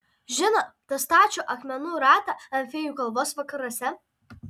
žinot tą stačių akmenų ratą ant fėjų kalvos vakaruose